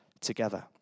together